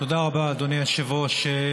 תודה רבה, אדוני היושב-ראש.